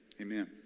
amen